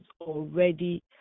already